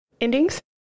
endings